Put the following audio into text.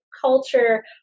culture